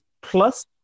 plus